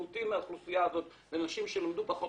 משמעותי מהאוכלוסייה הזאת אלה נשים שלמדו פחות